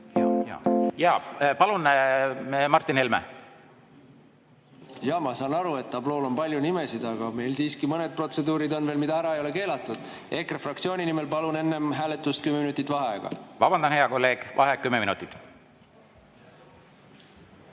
Jaa! Palun, Martin Helme! Jaa, ma saan aru, et tablool on palju nimesid, aga meil siiski mõned protseduurid on veel, mida ära ei ole keelatud. EKRE fraktsiooni nimel palun enne hääletust kümme minutit vaheaega. Vabandan, hea kolleeg! Vaheaeg kümme minutit.V